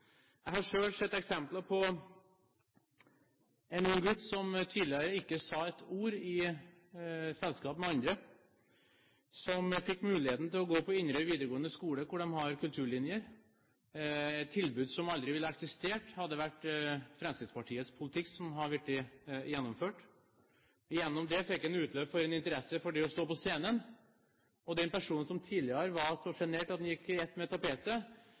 Jeg har selv sett en ung gutt som tidligere ikke sa et ord i selskap med andre. Han fikk muligheten til å gå på Inderøy videregående skole, hvor de har kulturlinjer – tilbud som aldri ville ha eksistert om Fremskrittspartiets politikk hadde vært gjennomført. Gjennom det fikk han en interesse for det å stå på scenen. Den personen som tidligere var så sjenert at han gikk i ett med